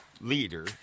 leader